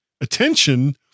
Attention